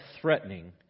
threatening